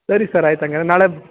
ಸರಿ ಸರ್ ಆಯ್ತು ಹಂಗಾದ್ರೆ ನಾಳೆ